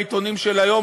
בעיתונים של היום,